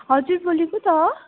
हजुर बोलेको त